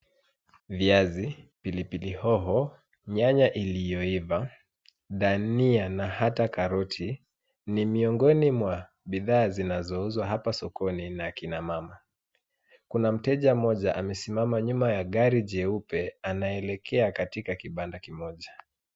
Viazi, pilipili hoho, nyanya iliyoiva, dania na hata karoti ni miongoni mwa bidhaa zinazouzwa hapa sokoni na kina mama. Kuna mteja mmoja amesimama nyuma ya gari jeupe anaelekea katika kibanda kimoja.